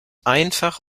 einfach